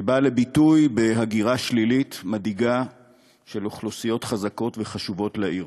שבאה לביטוי בהגירה שלילית מדאיגה של אוכלוסיות חזקות וחשובות לעיר.